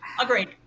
Agreed